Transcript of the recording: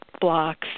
blocks